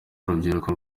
urubyiruko